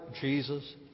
Jesus